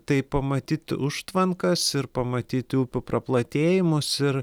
tai pamatyti užtvankas ir pamatyti upių praplatėjimus ir